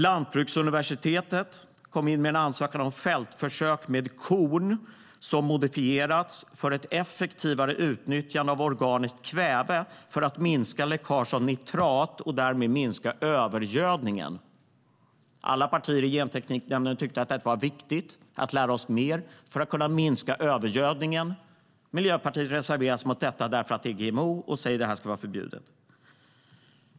Lantbruksuniversitetet kom in med en ansökan om fältförsök med korn som modifierats för ett effektivare utnyttjande av organiskt kväve, i syfte att minska läckage av nitrat och därmed minska övergödningen. Alla partier i Gentekniknämnden tyckte att det var viktigt att vi skulle lära oss mer om detta för att kunna minska övergödningen, men Miljöpartiet reserverade sig mot detta. Det är nämligen GMO och ska vara förbjudet.